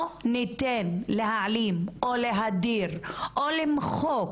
לא ניתן להעלים, או להדיר, או למחוק,